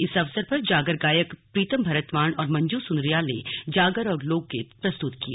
इस अवसर पर जागर गायक प्रीतम भरतवाण और मंजू सुन्द्रियाल ने जागर और लोकगीत प्रस्तुत किए